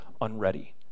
unready